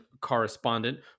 correspondent